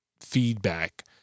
feedback